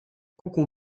kogu